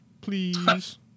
Please